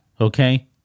Okay